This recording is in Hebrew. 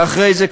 ואחרי זה,